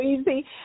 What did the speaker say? easy